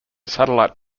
satellite